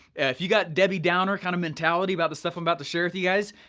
if you got debbie downer kind of mentality about the stuff i'm about to share with you guys,